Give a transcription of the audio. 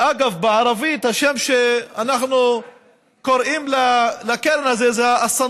אגב, בערבית אנחנו קוראים לקרן הזאת בשם